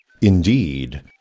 Indeed